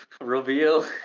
reveal